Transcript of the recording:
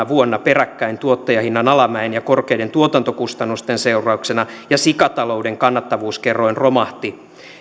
vuonna peräkkäin tuottajahinnan alamäen ja korkeiden tuotantokustannusten seurauksena ja sikatalouden kannattavuuskerroin romahti